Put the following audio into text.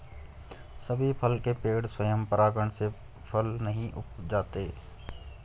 सभी फल के पेड़ स्वयं परागण से फल नहीं उपजाते